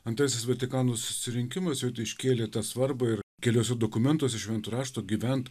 antrasis atikano susirinkimas iškėlė tą svarbą ir keliuose dokumentuose švento rašto gyvent